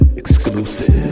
exclusive